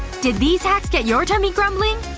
did these hacks get your tummy grumbling?